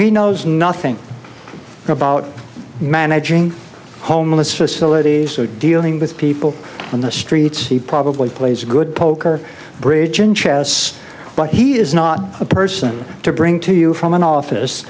he knows nothing about managing homeless facilities dealing with people on the streets he probably plays a good poker bridge and chess but he is not a person to bring to you from an office